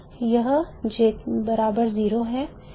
यह J बराबर 0 है